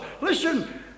listen